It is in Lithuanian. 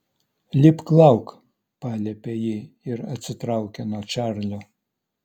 lipk lauk paliepė ji ir atsitraukė nuo čarlio